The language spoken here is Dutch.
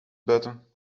buiten